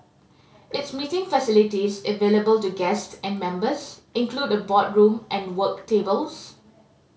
its meeting facilities available to guest and members include a boardroom and work tables